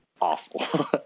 awful